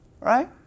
right